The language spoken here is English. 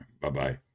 Bye-bye